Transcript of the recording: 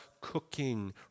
cooking